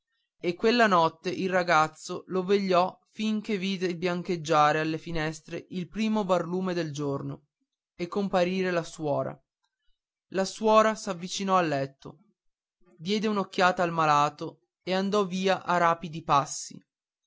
e quella notte il ragazzo lo vegliò fin che vide biancheggiare alle finestre il primo barlume di giorno e comparire la suora la suora s'avvicinò al letto diede un'occhiata al malato e andò via a rapidi passi